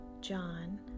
John